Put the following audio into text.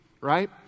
right